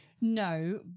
No